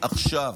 עכשיו".